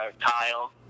Kyle